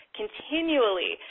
continually